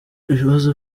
ibibazo